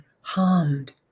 harmed